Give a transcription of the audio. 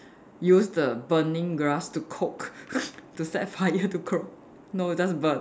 use the burning grass to cook to set fire to cook no just burn